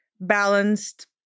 balanced